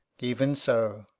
even so.